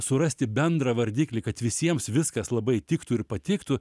surasti bendrą vardiklį kad visiems viskas labai tiktų ir patiktų